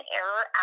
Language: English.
error